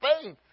faith